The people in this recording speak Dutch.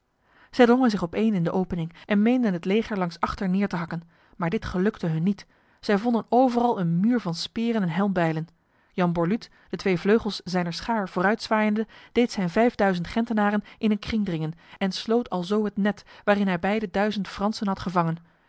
zij drongen zich opeen in de opening en meenden het leger langs achter neer te hakken maar dit gelukte hun niet zij vonden overal een muur van speren en helmbijlen jan borluut de twee vleugels zijner schaar vooruitzwaaiende deed zijn vijfduizend gentenaren in een kring dringen en sloot alzo het net waarin hij bij de duizend fransen had gevangen